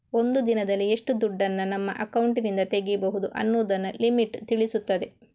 ಒಂದು ದಿನದಲ್ಲಿ ಎಷ್ಟು ದುಡ್ಡನ್ನ ನಮ್ಮ ಅಕೌಂಟಿನಿಂದ ತೆಗೀಬಹುದು ಅನ್ನುದನ್ನ ಲಿಮಿಟ್ ತಿಳಿಸ್ತದೆ